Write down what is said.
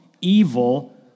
evil